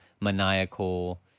maniacal